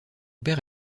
père